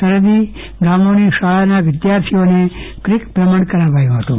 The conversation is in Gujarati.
સરહદી ગામોની શાળાના વિદ્યાર્થીઓને ક્રીક ભ્રમણ કરાવવામાં આવ્યું હતું